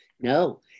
No